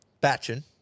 batching